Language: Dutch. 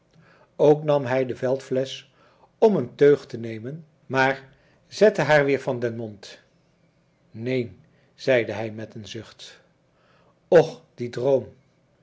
ook nam hij de veldflesch om een teug te nemen maar zette haar weer van den mond neen zeide hij met een zucht och die droom